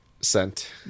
Sent